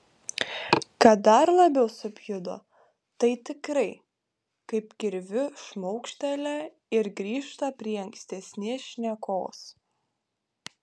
kad dar labiau supjudo tai tikrai kaip kirviu šmaukštelia ir grįžta prie ankstesnės šnekos